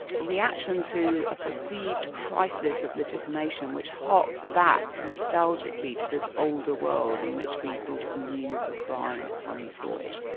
reaction to a perceived crisis of legitimation which harks back nostalgically to this older world in which we sort of knew crime when we saw it.